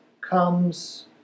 comes